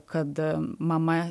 kad mama